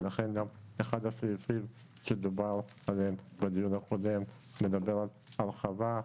ולכן גם אחד הסעיפים שדובר עליהם בדיון הקודם מדבר על הרחבה.